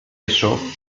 eso